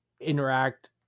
interact